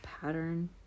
pattern